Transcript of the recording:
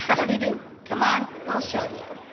what do you do? come on, we'll show you